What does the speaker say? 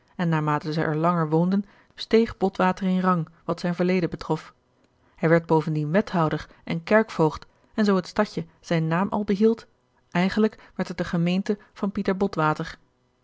en naarmate zij er langer woonden steeg botwater in rang wat zijn verledene betrof hij werd bovendien wethouder en kerkvoogd en zoo het stadje zijn naam al behield eigenlijk werd het de gemeente van pieter botwater